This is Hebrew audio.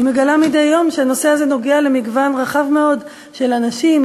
אני מגלה מדי יום שהנושא הזה נוגע למגוון רחב מאוד של אנשים,